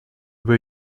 were